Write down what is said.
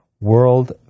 World